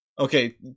Okay